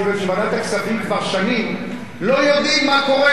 מכיוון שבוועדת הכספים כבר שנים לא יודעים מה קורה.